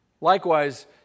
Likewise